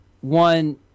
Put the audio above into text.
one